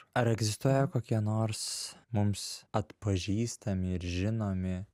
ar egzistuoja kokie nors mums atpažįstami ir žinomi